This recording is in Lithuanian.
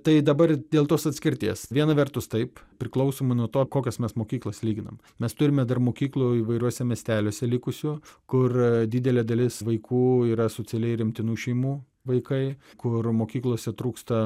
tai dabar dėl tos atskirties viena vertus taip priklausomai nuo to kokias mes mokyklas lyginam mes turime dar mokyklų įvairiuose miesteliuose likusių kur didelė dalis vaikų yra socialiai remtinų šeimų vaikai kur mokyklose trūksta